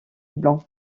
blanc